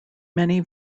many